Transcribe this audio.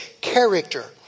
character